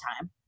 time